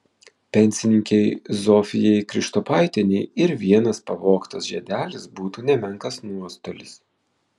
pensininkei zofijai krištopaitienei ir vienas pavogtas žiedelis būtų nemenkas nuostolis